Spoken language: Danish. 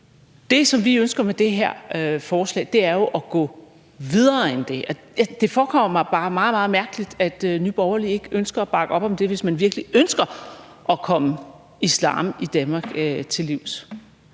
Det, som vi ønsker med det her forslag, er jo at gå videre end det. Det forekommer mig bare meget, meget mærkeligt, at Nye Borgerlige ikke ønsker at bakke op om det, hvis man virkelig ønsker at komme islam i Danmark til livs.